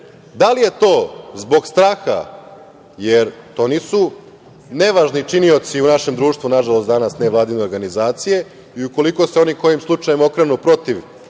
da li je to zbog straha, jer to nisu nevažni činiocu u našem društvu danas, nevladine organizacije i ukoliko se one kojim slučajem okrenu protiv